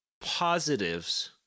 positives